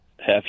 half